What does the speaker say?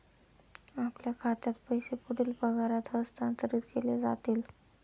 आपल्या खात्यात पैसे पुढील पगारात हस्तांतरित केले जातील